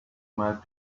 might